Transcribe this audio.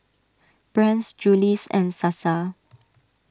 Brand's Julie's and Sasa